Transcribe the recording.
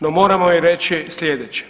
No moramo i reći slijedeće.